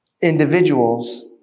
individuals